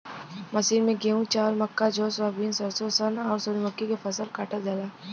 machine से गेंहू, चावल, मक्का, जौ, सोयाबीन, सरसों, सन, आउर सूरजमुखी के फसल काटल जाला